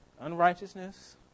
Unrighteousness